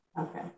Okay